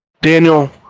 Daniel